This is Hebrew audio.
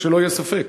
שלא יהיה ספק.